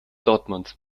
dortmund